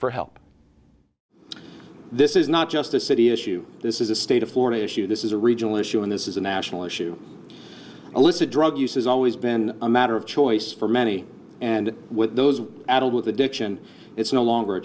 for help this is not just a city issue this is a state of florida issue this is a regional issue and this is a national issue illicit drug use has always been a matter of choice for many and what those adult with addiction it's no longer a